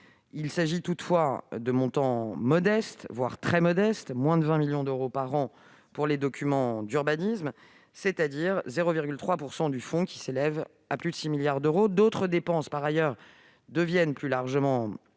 Il s'agit toutefois de montants modestes, voire très modestes- moins de 20 millions d'euros par an pour les documents d'urbanisme, c'est-à-dire 0,3 % du fonds, qui s'élève à plus de 6 milliards d'euros. D'autres dépenses, en revanche, deviennent plus largement éligibles,